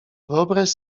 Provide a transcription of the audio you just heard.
wyobraź